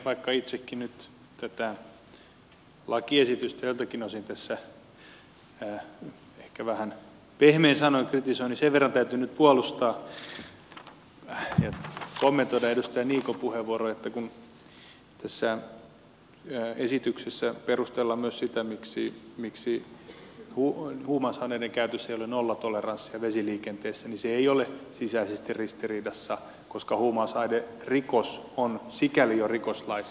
vaikka itsekin nyt tätä lakiesitystä joiltakin osin tässä ehkä vähän pehmein sanoin kritisoin niin sen verran täytyy nyt puolustaa ja kommentoida edustaja niikon puheenvuoroa että kun tässä esityksessä perustellaan myös sitä miksi huumausaineiden käytössä ei ole nollatoleranssia vesiliikenteessä niin se ei ole sisäisesti ristiriidassa koska huumausainerikos on sikäli jo rikoslaissa